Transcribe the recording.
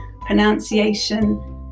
pronunciation